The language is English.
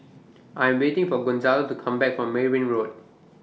I Am waiting For Gonzalo to Come Back from Merryn Road